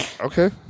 Okay